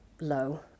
low